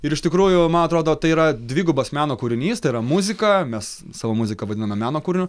ir iš tikrųjų man atrodo tai yra dvigubas meno kūrinys tai yra muzika mes savo muziką vadiname meno kūriniu